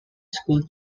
schooled